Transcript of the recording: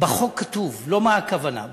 בחוק כתוב לא מה הכוונה,